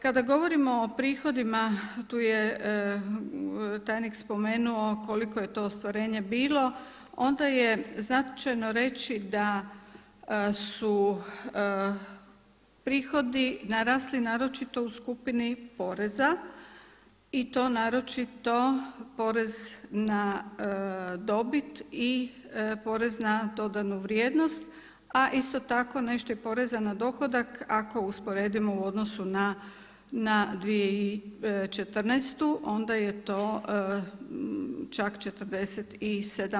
Kada govorimo o prihodima tu je tajnik spomenuo koliko je to ostvarenje bilo, onda je značajno reći da su prihodi narasli naročito u skupini poreza i to naročito porez na dobit i porez na dodanu vrijednost, a isto tako nešto i poreza na dohodak ako usporedimo u odnosu na 2014. onda je to čak 47%